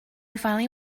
finally